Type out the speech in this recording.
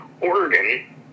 Oregon